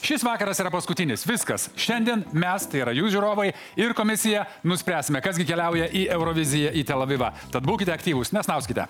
šis vakaras yra paskutinis viskas šiandien mes tai yra jūs žiūrovai ir komisija nuspręsime kas gi keliauja į euroviziją į tel avivą tad būkite aktyvūs nesnauskite